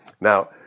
Now